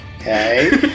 Okay